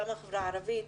גם החברה הערבית.